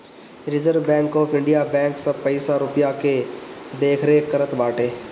reserve Bank of India bank सब पईसा रूपया के देखरेख करत बाटे